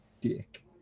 dick